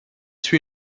suit